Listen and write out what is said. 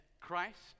Christ